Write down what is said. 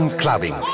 clubbing